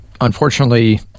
unfortunately